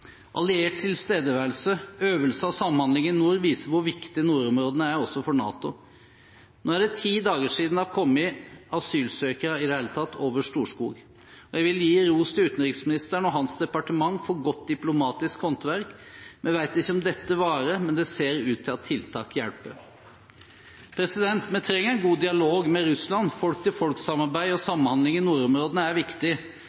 Alliert tilstedeværelse, øvelse og samhandling i nord viser hvor viktig nordområdene er også for NATO. Nå er det ti dager siden det i det hele tatt har kommet asylsøkere over Storskog. Jeg vil gi ros til utenriksministeren og hans departement for godt diplomatisk håndverk. Vi vet ikke om dette varer, men det ser ut til at tiltak hjelper. Vi trenger en god dialog med Russland. Folk-til-folk-samarbeid og samhandling i nordområdene er viktig.